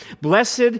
Blessed